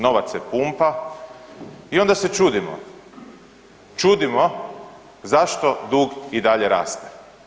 Novac se pumpa i onda se čudimo, čudimo zašto dug i dalje raste.